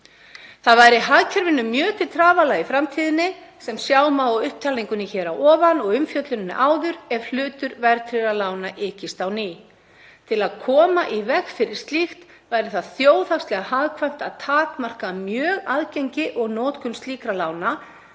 Það væri hagkerfinu mjög til trafala í framtíðinni, sem sjá má af upptalningunni hér að ofan og umfjölluninni áður, ef hlutur verðtryggðra lána aukist á ný. Til að koma í veg fyrir slíkt væri það þjóðhagslega hagkvæmt að takmarka mjög aðgengi og notkun slíkra lána,